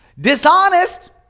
Dishonest